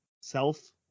self